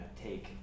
take